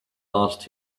asked